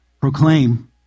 proclaim